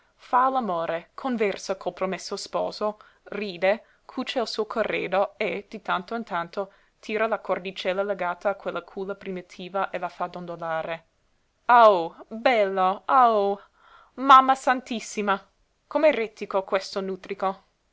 fa all'amore conversa col promesso sposo ride cuce il suo corredo e di tanto in tanto tira la cordicella legata a quella culla primitiva e la fa dondolare aòh bello aòh mamma santissima com'è rètico questo nutrico